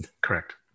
Correct